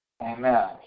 Amen